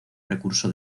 recurso